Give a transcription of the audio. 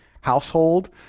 household